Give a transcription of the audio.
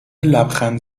لبخند